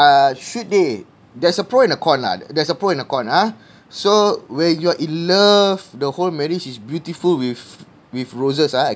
uh should they there's a pro and a con lah there's a pro and a con ah so when you're in love the whole marriage is beautiful with with roses ah